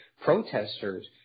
protesters